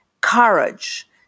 courage